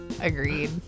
agreed